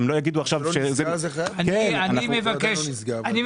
שם לא יגידו עכשיו --- אני מבקש לסכם.